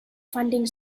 funding